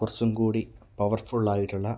കുറച്ചുംകൂടി പവർഫുൾ ആയിട്ടുള്ള